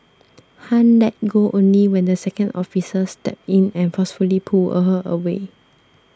Han let go only when the second officer stepped in and forcefully pulled a her away